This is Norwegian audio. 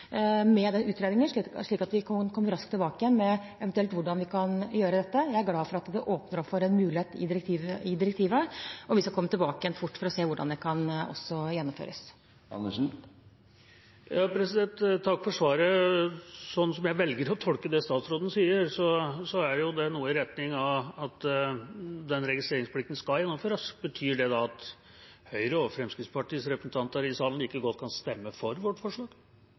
med den utredningen, slik at vi kan komme raskt tilbake med hvordan vi eventuelt kan gjøre dette. Jeg er glad for at det åpnes opp for en mulighet i direktivet, og vi skal komme fort tilbake for å se på hvordan det kan gjennomføres. Takk for svaret. Slik jeg velger å tolke det statsråden sier, er det noe i retning av at den registreringsplikten skal gjennomføres. Betyr det da at Høyres og Fremskrittspartiets representanter i salen like godt kan stemme for vårt forslag?